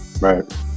Right